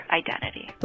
identity